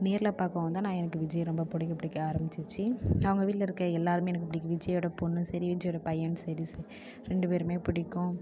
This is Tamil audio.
நேரில் பாக்கவுந்தான் நான் எனக்கு விஜயை ரொம்ப பிடிக்க பிடிக்க ஆரம்பிச்சிச்சு நாங்கள் வீட்டில் இருக்க எல்லாருமே எனக்கு பிடிக்கும் விஜய்யோட பொண்ணு சரி விஜய்யோட பையனும் சரி ரெண்டு பேருமே பிடிக்கும்